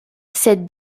cette